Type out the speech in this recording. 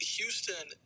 Houston